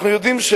אנחנו יודעים: